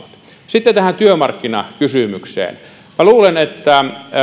sitten tähän työmarkkinakysymykseen minä luulen että